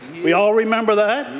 we all remember that?